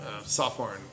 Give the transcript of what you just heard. sophomore